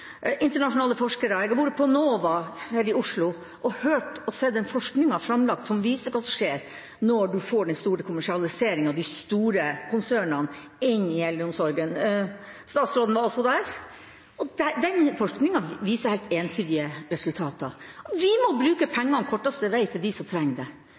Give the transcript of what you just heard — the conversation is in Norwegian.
vært framlagt, som viser hva som skjer når en får den store kommersialiseringa og de store konsernene inn i eldreomsorgen. Statsråden var også innom det. Den forskninga viser helt entydige resultater. Vi må sørge for at pengene går den korteste veien til de som trenger dem. Da kan de ikke gå inn på kontiene til de store internasjonale konsernene. Det